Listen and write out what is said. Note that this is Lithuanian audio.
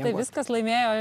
tai viskas laimėjo